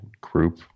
group